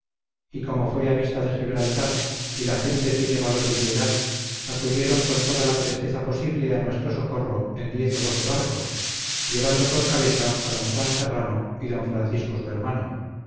y como fue a vista de gibraltar y la gente tiene valor y piedad acudieron con toda la presteza posible a nuestro socorro en diez o doce barcos llevando por cabeza a don juan serrano y don francisco su hermano